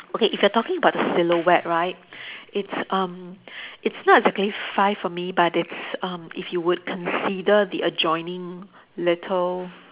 okay if you are talking about the silhouette right it's um it's not exactly five for me but it's um if you would consider the adjoining little